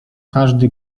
każdy